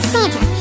Santa